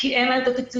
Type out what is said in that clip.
כי אין להם את התקציבים,